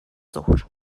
ظهر